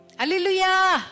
hallelujah